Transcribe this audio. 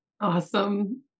Awesome